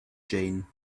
jane